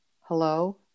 Hello